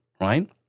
right